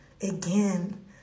again